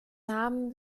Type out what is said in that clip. namen